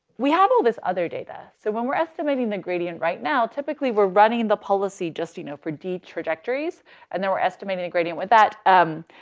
we have all this other data. so when we're estimating the gradient right now, typically we're running the policy, just you know, for d trajectories and then we're estimating a gradient with that. um,